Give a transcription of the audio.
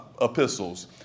epistles